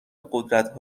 قدرت